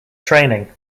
training